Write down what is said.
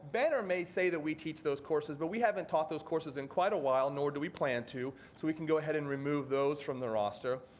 banner may say that we teach those courses, but we haven't taught those courses in quite a while nor do we plan to so we can go ahead and remove those from the roster.